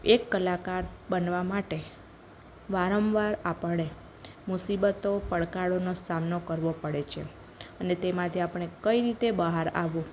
એક કલાકાર બનવા માટે વારંવાર આપણે મુસીબતો પડકારોનો સામનો કરવો પડે છે અને તેમાંથી આપણે કઈ રીતે બહાર આવવું